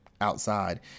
outside